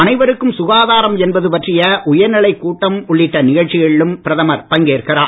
அனைவருக்கும் சுகாதாரம் என்பது பற்றிய உயர்நிலைக் கூட்டம் உள்ளிட்ட நிகழ்ச்சிகளிலும் பிரதமர் பங்கேற்கிறார்